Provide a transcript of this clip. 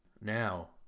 Now